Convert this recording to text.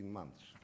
months